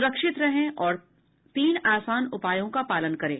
सुरक्षित रहें और इन तीन आसान उपायों का पालन करें